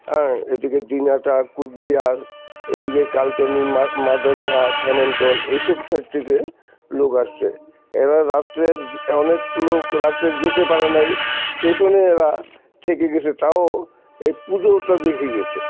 হ্যাঁ এদিকে দিনাটা কুচবিহার এদিকে কালচানি মা মাদারীহাট হ্যমিলটন এইসব সাইড থেকে লোক আসছে এরা রাত্রে অনেক লোক রাত্রে যেতে পারে নাই স্টেশনে এরা থেকে গেছে তাও এই পুজোটা দেখে গেছে